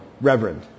reverend